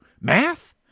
Math